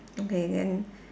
okay then